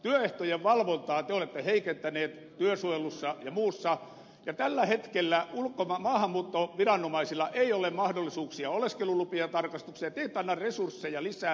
työehtojen valvontaa te olette heikentäneet työsuojelussa ja muussa ja tällä hetkellä maahanmuuttoviranomaisilla ei ole mahdollisuuksia oleskelulupien tarkastukseen ja te ette anna resursseja lisää